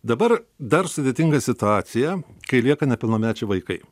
dabar dar sudėtinga situacija kai lieka nepilnamečiai vaikai